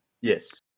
Yes